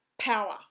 power